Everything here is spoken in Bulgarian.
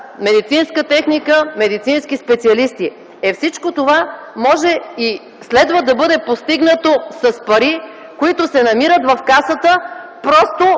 медицинска техника, медицински специалисти. Е, всичко това може и следва да бъде постигнато с пари, които се намират в Касата. Просто